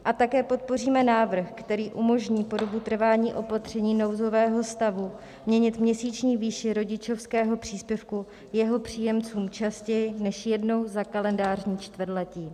A také podpoříme návrh, který umožní po dobu trvání opatření nouzového stavu měnit měsíční výši rodičovského příspěvku jeho příjemcům častěji než jednou za kalendářní čtvrtletí.